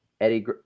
Eddie